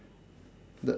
the